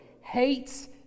hates